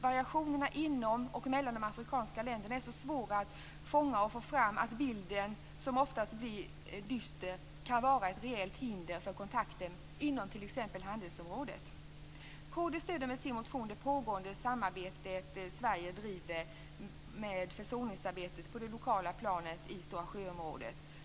Variationerna inom och mellan de afrikanska länderna är så svåra att fånga och få fram att bilden, som oftast blir dyster, kan vara ett reellt hinder för kontakter inom t.ex. handelsområdet. Kd stöder med sin motion det pågående samarbete som Sverige driver för ett försoningsarbete på det lokala planet i Stora Sjöområdet.